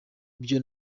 byo